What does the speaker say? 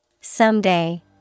Someday